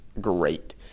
great